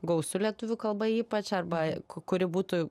gausu lietuvių kalba ypač arba ku kuri būtų